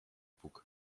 puk